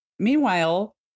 Meanwhile